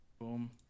Boom